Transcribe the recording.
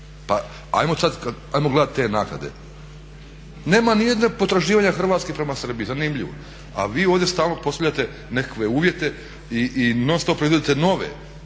Pa hajmo gledati te naknade. Nema ni jedne potraživanja Hrvatske prema Srbiji. Zanimljivo! A vi ovdje stalno postavljate nekakve uvjete i non stop proizvodite nove